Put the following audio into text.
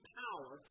power